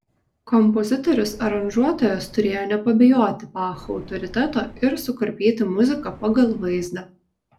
kompozitorius aranžuotojas turėjo nepabijoti bacho autoriteto ir sukarpyti muziką pagal vaizdą